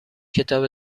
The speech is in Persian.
کتاب